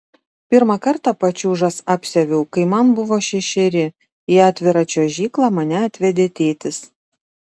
pirmą kartą pačiūžas apsiaviau kai man buvo šešeri į atvirą čiuožyklą mane atvedė tėtis